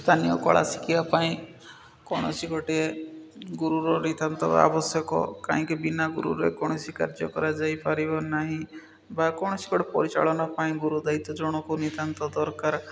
ସ୍ଥାନୀୟ କଳା ଶିଖିବା ପାଇଁ କୌଣସି ଗୋଟିଏ ଗୁରୁର ନିତ୍ୟାନ୍ତ ଆବଶ୍ୟକ କାହିଁକି ବିନା ଗୁରୁରେ କୌଣସି କାର୍ଯ୍ୟ କରାଯାଇପାରିବ ନାହିଁ ବା କୌଣସି ଗୋଟେ ପରିଚାଳନା ପାଇଁ ଗୁରୁ ଦାୟିତ୍ୱ ଜଣଙ୍କୁ ନିତ୍ୟାନ୍ତ ଦରକାର